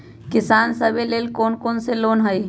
किसान सवे लेल कौन कौन से लोने हई?